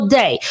day